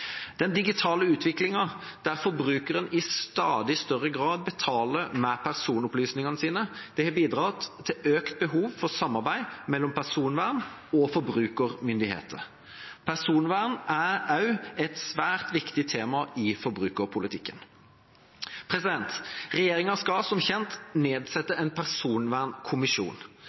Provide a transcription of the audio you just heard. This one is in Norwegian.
Den digitale utviklingen, der forbrukeren i stadig større grad betaler med personopplysningene sine, har bidratt til økt behov for samarbeid mellom personvern- og forbrukermyndigheter. Personvern er også et svært viktig tema i forbrukerpolitikken. Regjeringa skal som kjent nedsette en personvernkommisjon.